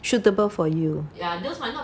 suitable for